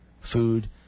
food